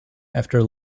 after